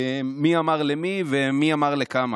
מי אמר למי ומי אמר וכמה,